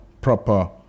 proper